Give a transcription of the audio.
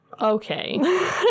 Okay